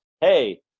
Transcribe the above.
hey